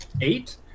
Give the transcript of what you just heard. Eight